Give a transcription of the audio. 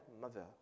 mother